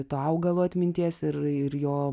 to augalo atminties ir ir jo